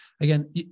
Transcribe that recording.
Again